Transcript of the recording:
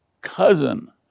cousin